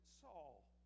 Saul